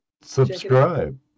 subscribe